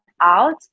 out